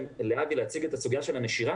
לאבי בוחבוט להציג את הסוגיה של הנשירה